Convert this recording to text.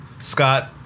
Scott